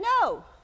no